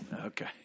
Okay